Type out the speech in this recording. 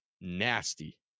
nasty